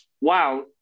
wow